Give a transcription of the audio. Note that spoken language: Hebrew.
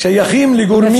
שייכים לגורמים,